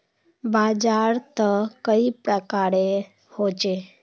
बाजार त कई प्रकार होचे?